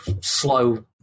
slow